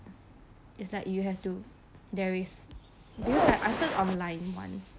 it's like you have to there is because I online ones